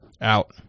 Out